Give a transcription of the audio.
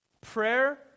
Prayer